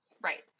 Right